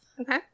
Okay